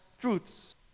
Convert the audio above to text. truths